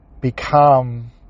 become